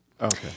Okay